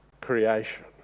creation